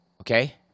okay